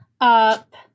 up